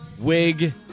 Wig